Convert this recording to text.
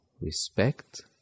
respect